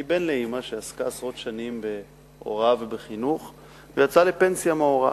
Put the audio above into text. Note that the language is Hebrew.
אני בן לאמא שעסקה עשרות שנים בהוראה ובחינוך ויצאה לפנסיה מההוראה.